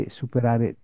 superare